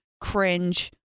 Cringe